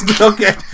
Okay